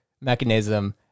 mechanism